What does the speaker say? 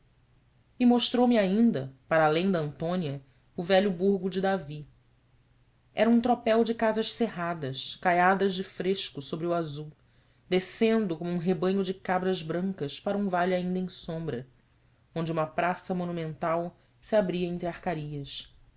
e mostrou-me ainda para além da antônia o velho burgo de davi era um tropel de casas cerradas caiadas de fresco sobre o azul descendo como um rebanho de cabras brancas para um vale ainda em sombra onde uma praça monumental se abria entre arcarias